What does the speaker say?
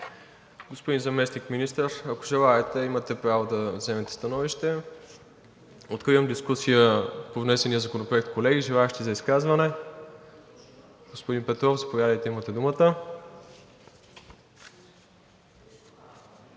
Господин Заместник-министър, ако желаете, имате право да вземете становище. Откривам дискусия по внесения законопроект. Колеги, желаещи за изказване? Господин Петров, заповядайте имате думата.